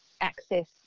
access